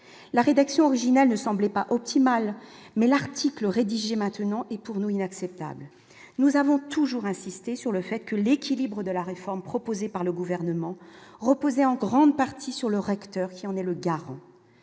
la rédaction originale ne semblait pas optimales, mais l'article rédigé maintenant est pour nous inacceptable, nous avons toujours insisté sur le fait que l'équilibre de la réforme proposée par le gouvernement reposait en grande partie sur le recteur qui en est le garant,